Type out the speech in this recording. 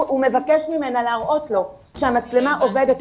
הוא מבקש ממנה להראות לו שהמצלמה עובדת.